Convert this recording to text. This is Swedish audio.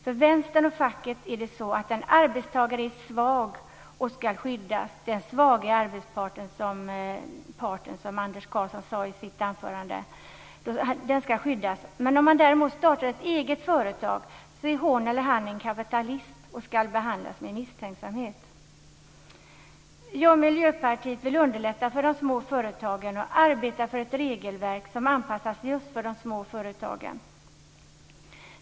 För Vänstern och facket är en arbetstagare svag och ska skyddas. Anders Karlsson talade i sitt anförande om den svaga parten. Om en arbetstagare däremot startar ett eget företag är hon eller han en kapitalist och ska behandlas med misstänksamhet. Jag och Miljöpartiet vill underlätta för de små företagen och arbeta för ett regelverk som anpassas just för de små företagen.